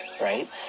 right